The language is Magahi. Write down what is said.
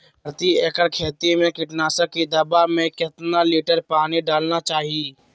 प्रति एकड़ खेती में कीटनाशक की दवा में कितना लीटर पानी डालना चाइए?